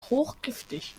hochgiftig